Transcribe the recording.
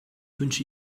wünsche